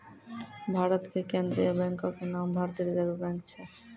भारत के केन्द्रीय बैंको के नाम भारतीय रिजर्व बैंक छै